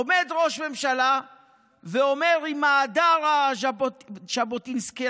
עומד ראש ממשלה ועם ההדר הז'בוטינסקאי